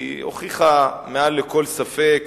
כי היא הוכיחה מעל לכל ספק,